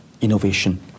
innovation